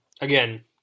again